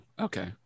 Okay